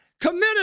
committed